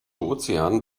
ozean